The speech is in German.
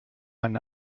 ein